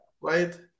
Right